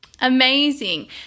Amazing